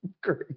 great